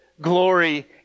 glory